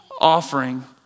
offering